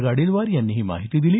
गाडीलवार यांनी ही माहिती दिली